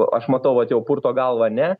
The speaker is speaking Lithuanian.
aš matau vat jau purto galvą ne